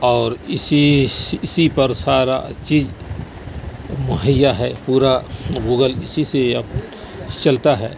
اور اسی اسی پر سارا چیز مہیا ہے پورا گوگل اسی سے اب چلتا ہے